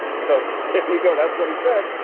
and so there you go. that's what he said.